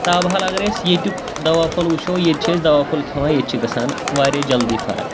تاب حال اگر أسۍ ییٚتیُک دوا پھوٚل وٕچھو ییٚتہِ چھِ أسۍ دوا پھوٚل کھٮ۪وان ییٚتہِ چھِ گژھان واریاہ جلدی فرق